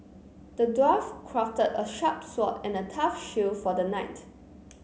the dwarf crafted a sharp sword and a tough shield for the knight